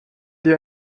dir